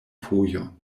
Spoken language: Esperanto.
fojon